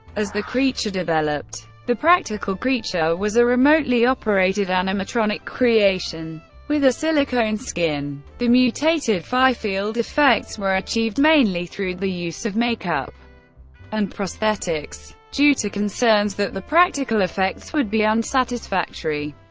as the creature developed. the practical creature was a remotely operated animatronic creation with a silicone skin. the mutated fifield effects were achieved mainly through the use of make-up and prosthetics. due to concerns that the practical effects would be unsatisfactory,